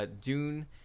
Dune